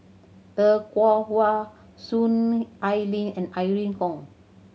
Er Kwong Wah Soon Ai Ling and Irene Khong